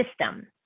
system